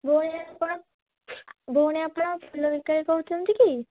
ଭଉଣୀ ଆପଣ ଭଉଣୀ ଆପଣ ଫୁଲ ବିକାଳି କହୁଛନ୍ତି କି